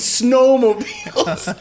snowmobiles